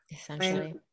Essentially